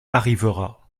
arrivera